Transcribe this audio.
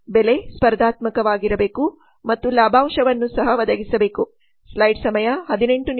ಬೆಲೆ ಸ್ಪರ್ಧಾತ್ಮಕವಾಗಿರಬೇಕು ಮತ್ತು ಲಾಭಾಂಶವನ್ನು ಸಹ ಒದಗಿಸಬೇಕು